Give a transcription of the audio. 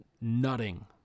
nutting